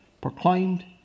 proclaimed